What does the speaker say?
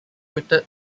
witted